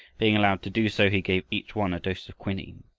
being allowed to do so, he gave each one a dose of quinine.